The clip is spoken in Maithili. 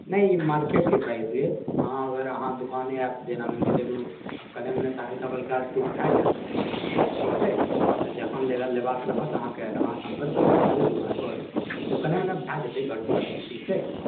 नहि ई मार्केट के प्राइस यऽ हँ अहाँ अगर दुकाने आयब जेना मानि कऽ चलु आब कनी मनी तऽ हल्का फुल्का छूट भए जायत ठीक छै तऽ जखन लेबाके रहत अहाँकेॅं अहाँ सम्पर्क करू आबू दुकान पर तऽ कने मने भए जेतै घट बढ़ ठीक छै